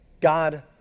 God